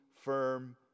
firm